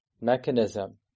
mechanism